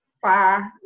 far